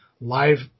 live